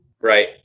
Right